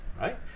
right